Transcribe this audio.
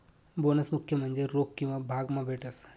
bonus मुख्य म्हन्जे रोक किंवा भाग मा भेटस